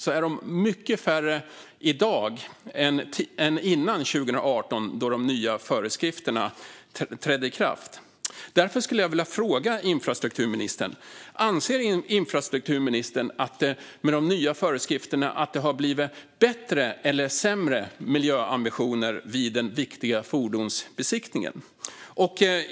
De är mycket färre i dag än före 2018, då de nya föreskrifterna trädde i kraft. Därför skulle jag vilja fråga infrastrukturministern: Anser infrastrukturministern att det med de nya föreskrifterna har blivit bättre eller sämre miljöambitioner vid den viktiga fordonsbesiktningen?